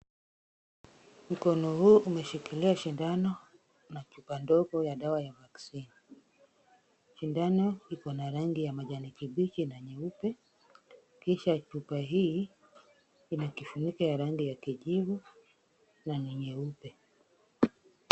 Mkono huu umeshikilia sindano na chupa ndogo ya dawa ya vaccine . Sindano iko na rangi ya kijani kibichi na nyeupe, kisha chupa hii ina kifuniko ya rangi ya kijivu na ni nyeupe.